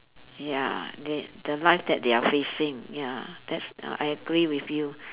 ya they the life that they are facing ya that's ah I agree with you